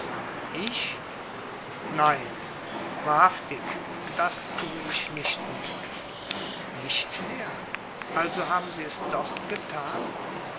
ich nein wahrhaftig das tue ich nicht mehr nicht mehr also haben sie es doch getan